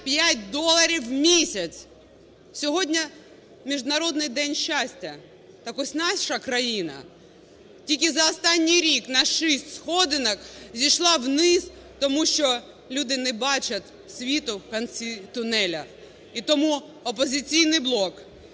65 доларів у місяць? Сьогодні Міжнародний день щастя. Так ось, наша країна тільки за останній рік на шість сходинок зійшла вниз, тому що люди не бачать світу в кінці тунелю. І тому "Опозиційний блок"